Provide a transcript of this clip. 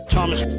Thomas